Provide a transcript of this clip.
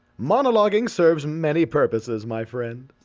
monologuing serves many purposes, my friend.